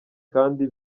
kandi